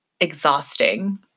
exhausting